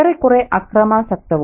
ഏറേക്കുറെ അക്രമാസക്തവും